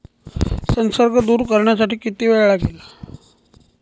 संसर्ग दूर करण्यासाठी किती वेळ लागेल?